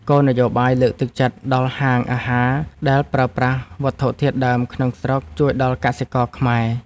គោលនយោបាយលើកទឹកចិត្តដល់ហាងអាហារដែលប្រើប្រាស់វត្ថុធាតុដើមក្នុងស្រុកជួយដល់កសិករខ្មែរ។